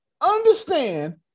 understand